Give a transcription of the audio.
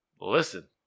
listen